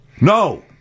No